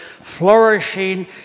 flourishing